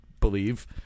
believe